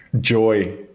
joy